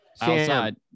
outside